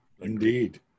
indeed